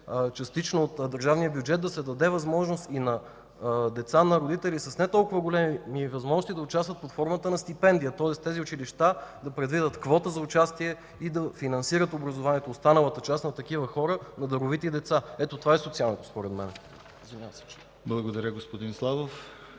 частично от държавния бюджет, да се даде възможност и на деца на родители с не толкова големи възможности да участват под формата на стипендия. Тоест тези училища да предвидят квота за участие и да финансират образованието в останалата част на такива хора, на даровити деца. Ето, това е социалното, според мен. ПРЕДСЕДАТЕЛ